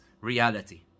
reality